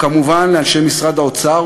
וכמובן לאנשי משרד האוצר,